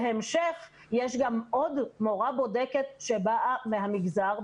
בהמשך יש גם עוד מורה בודקת שבאה מהמגזר,